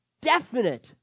definite